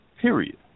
period